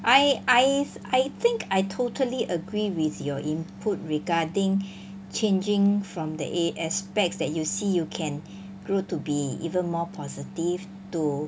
I I I think I totally agree with your input regarding changing from the eh aspects that you see you can grew to be even more positive to